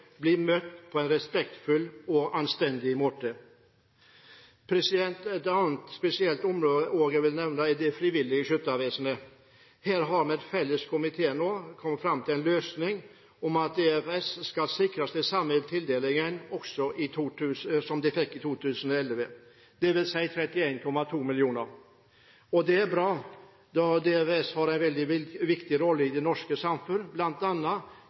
blir møtt på en respektfull og anstendig måte. Et annet spesielt område jeg vil nevne, er Det frivillige Skyttervesen. Her har en felles komité kommet fram til en løsning om at DFS skal sikres den samme tildelingen som de fikk i 2011, dvs. 31,2 mill. kr. Det er bra, da DFS har en veldig viktig rolle i det norske samfunn,